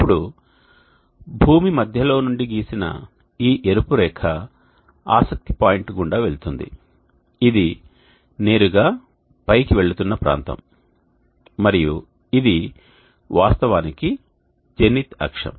ఇప్పుడు భూమి మధ్యలో నుండి గీసిన ఈ ఎరుపు రేఖ ఆసక్తి పాయింట్ గుండా వెళుతుంది ఇది నేరుగా పైకి వెళుతున్న ప్రాంతం మరియు ఇది వాస్తవానికి జెనిత్ అక్షం